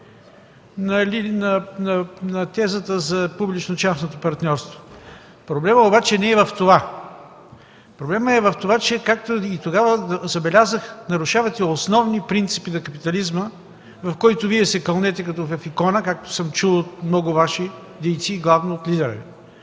на тезата за публично-частното партньорство. Проблемът обаче не е в това. Проблемът е в това, че както и тогава забелязах, нарушават се основни принципи на капитализма, в който Вие се кълнете като в икона, както съм чул от много ваши дейци и главно от лидера